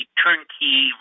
turnkey